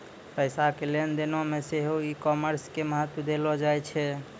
पैसा के लेन देनो मे सेहो ई कामर्स के महत्त्व देलो जाय छै